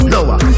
Lower